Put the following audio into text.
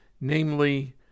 namely